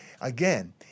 again